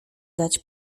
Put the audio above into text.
dać